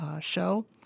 show